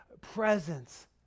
presence